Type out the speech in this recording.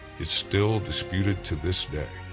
is still disputed to this day.